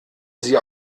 sie